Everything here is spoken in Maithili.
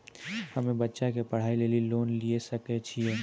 हम्मे बच्चा के पढ़ाई लेली लोन लिये सकय छियै?